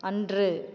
அன்று